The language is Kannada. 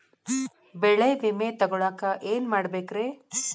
ಬೆಳೆ ವಿಮೆ ತಗೊಳಾಕ ಏನ್ ಮಾಡಬೇಕ್ರೇ?